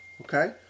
okay